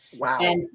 Wow